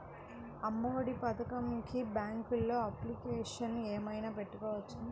అమ్మ ఒడి పథకంకి బ్యాంకులో అప్లికేషన్ ఏమైనా పెట్టుకోవచ్చా?